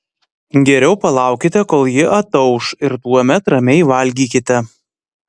geriau palaukite kol ji atauš ir tuomet ramiai valgykite